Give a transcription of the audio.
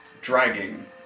dragging